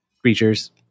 creatures